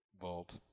vault